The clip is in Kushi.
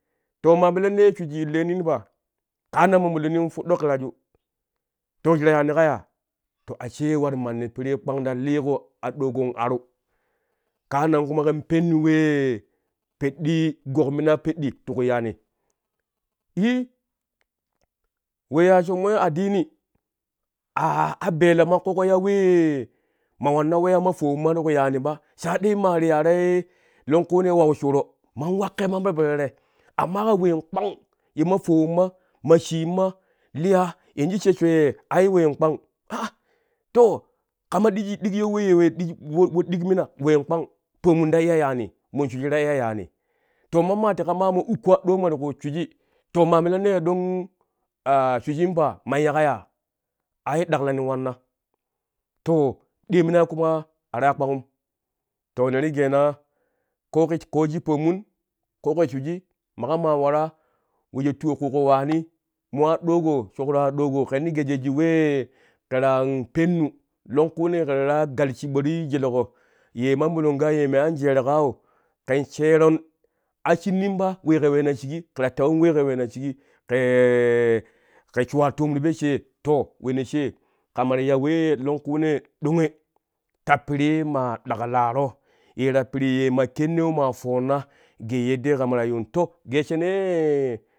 To ma milannee shwijii illonin pa kaan nan ma molonin fuɗɗo kiraju to shi ta yaani ka yaa to ashec war mani piri kpang ta liƙo aɗogon aru kaan nan kuma ken pennu wee peɗɗii gokmina peɗɗi ti ku yaani i we ya shommoi addini a beloma ƙoƙo ya wee ma wanna weyaa ma fowonma ti ku yaanima saidai maa riyaroi longkunee man wau shiuro man wak kebe ma ti po tere amma ke ween kpang ye ma fowon ma ma sheen ma hya yenju she shwee yee ai ween kpang aa to kama ɗiki ɗikyo wee we we ɗik mina ween kpang pomun ta iya yaani mon shwiji ta iya yaani to mammaa teƙa to mammaa teƙa mo ukko aɗoma ti ku shwiji to ma milannee a doo shwijim paa man ya ka yaa ai ɗaklani wanna to diyo mina kuwa a ta ya kpangum to ne ti geenaa ko ke ko shi pomun ko kɛ shwiji maƙo maa waraa wejo tuwo kuuƙo waanii mo aɗogo shokro aɗogo ken ti gee shi wee ke ta pennu longkunee ke ta waraa gal shiɓo ti jeleƙo ye mamolongau ye me anjereƙou kɛn sheeron a shinnim pa wee kɛ weena shiƙi ke ta tewon we ke weena shiƙi kee ke shuwa toom ti po shee weeno she kama ti ya wee longkunee ɗonge ta piri ma ɗaklaro ye ta piri ye ma shenou ma foonna yee yeddee kama ta yuun to gee sheno yee